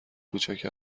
کوچک